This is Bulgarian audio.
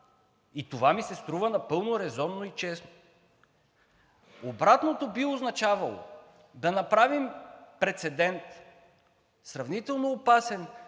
и това ми се струва напълно резонно и честно. Обратното би означавало да направим сравнително опасен